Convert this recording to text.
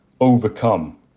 overcome